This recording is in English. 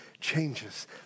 changes